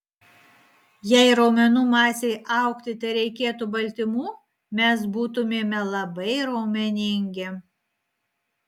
jei raumenų masei augti tereikėtų baltymų mes būtumėme labai raumeningi